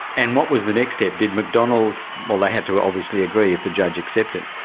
and what was the next step? did mcdonald's, well, they had to obviously agree if the judge accepted